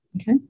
Okay